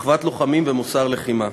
אחוות לוחמים ומוסר לחימה.